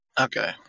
Okay